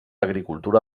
agricultura